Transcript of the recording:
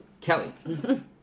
Kelly